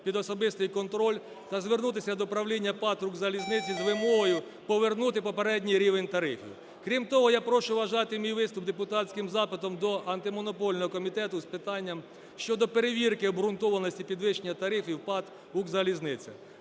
під особистий контроль та звернутися до правління ПАТ "Укрзалізниця" з вимогою повернути попередній рівень тарифів. Крім того. я прошу вважати мій виступ депутатським запитом до Антимонопольного комітету з питанням щодо перевірки обґрунтованості підвищення тарифів ПАТ "Укрзалізниця".